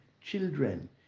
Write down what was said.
children